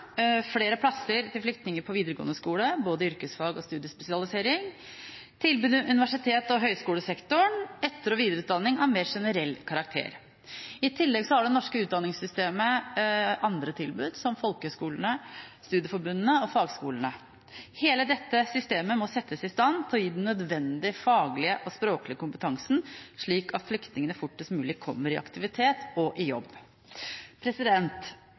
flere plasser til flyktninger på videregående skole, både yrkesfag og studiespesialisering, tilbud i universitets- og høyskolesektoren og etter- og videreutdanning av mer generell karakter. I tillegg har det norske utdanningssystemet andre tilbud, som folkehøyskolene, studieforbundene og fagskolene. Hele dette systemet må settes i stand til å gi den nødvendige faglige og språklige kompetansen, slik at flyktningene fortest mulig kommer i aktivitet og i jobb.